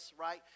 right